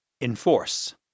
Enforce